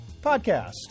Podcast